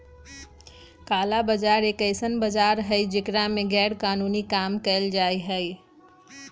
काला बाजार एक ऐसन बाजार हई जेकरा में गैरकानूनी काम कइल जाहई